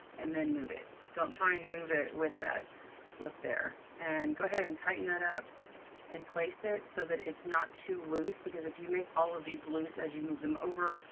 and then move it. don't try and move it with that slip there, and go ahead and tighten that up and place it so that it's not too loose because if you make all of these loose as you move them over,